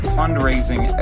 fundraising